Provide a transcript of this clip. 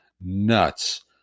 nuts